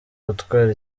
gutwara